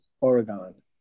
Oregon